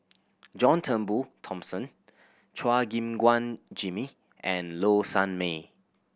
John Turnbull Thomson Chua Gim Guan Jimmy and Low Sanmay